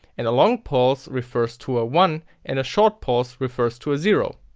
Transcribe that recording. and a long pulse refers to a one and a short pulse refers to a zero.